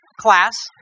class